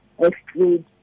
Exclude